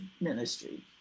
ministry